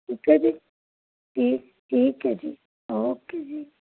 ਠੀਕ ਹੈ ਜੀ ਠੀਕ ਠੀਕ ਹੈ ਜੀ ਓਕੇ ਜੀ